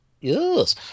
Yes